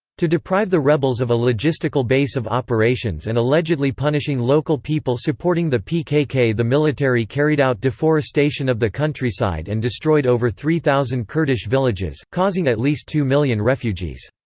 to deprive the rebels of a logistical base of operations and allegedly punishing local people supporting the pkk the military carried out de-forestation of the countryside and destroyed over three thousand kurdish villages, causing at least two million refugees.